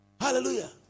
Hallelujah